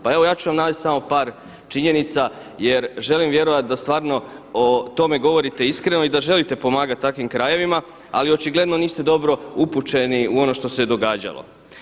Pa evo ja ću vam navesti samo par činjenica jer želim vjerovati da stvarno o tome govorite iskreno i da želite pomagati takvim krajevima ali očigledno niste dobro upućeni u ono što se je događalo.